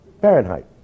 Fahrenheit